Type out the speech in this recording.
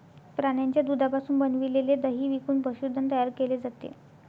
प्राण्यांच्या दुधापासून बनविलेले दही विकून पशुधन तयार केले जाते